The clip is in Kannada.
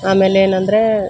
ಆಮೇಲೆ ಏನಂದರೆ